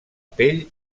pell